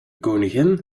koningin